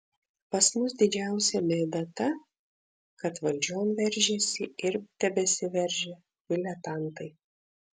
pas mus didžiausia bėda ta kad valdžion veržėsi ir tebesiveržia diletantai